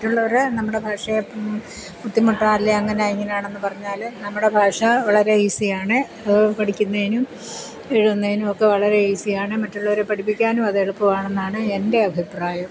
മറ്റുള്ളവർ നമ്മുടെ ഭാഷയെ ബുദ്ധിമുട്ടാ അല്ലെ അങ്ങനാ ഇങ്ങനാ ആണെന്ന് പറഞ്ഞാൽ നമ്മുടെ ഭാഷ വളരെ ഈസിയാണ് അത് പഠിക്കുന്നതിനും എഴുതുന്നതിനുമൊക്കെ വളരെ ഈസിയാണ് മറ്റുള്ളവരെ പഠിപ്പിക്കാനും അത് എളുപ്പമാണെന്നാണ് എൻ്റെ അഭിപ്രായം